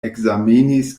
ekzamenis